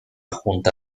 junta